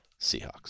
Seahawks